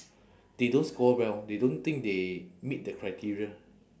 they don't score well they don't think they meet the criteria